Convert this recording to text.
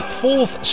fourth